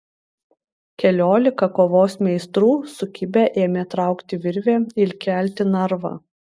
keliolika kovos meistrų sukibę ėmė traukti virvę ir kelti narvą